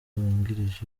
wungirije